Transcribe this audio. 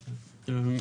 (ג)